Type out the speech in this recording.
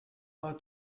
are